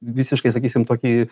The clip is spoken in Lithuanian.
visiškai sakysim tokį